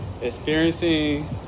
experiencing